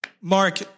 Mark